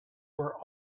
were